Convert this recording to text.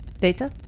Data